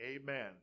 Amen